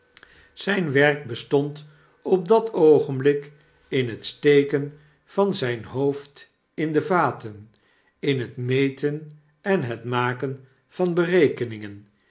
zyn werk bestond op dat oogenblik in het steken van zyn hoofd in de vaten in het meten en het maken van berekeningen